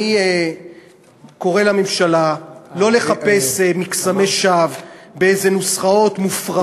אני קורא לממשלה לא לחפש מקסמי שווא באיזה נוסחאות מופרכות,